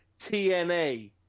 TNA